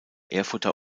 erfurter